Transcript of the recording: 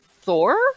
Thor